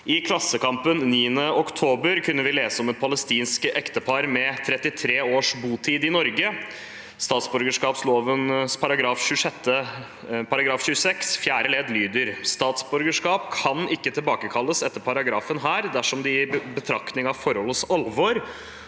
«I Klassekampen 9. oktober kunne vi lese om et palestinsk ektepar med 33 års botid i Norge. Statsborgerloven § 26 fjerde ledd lyder: «Statsborgerskap kan ikke tilbakekalles etter paragrafen her dersom det i betraktning av forholdets alvor